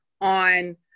on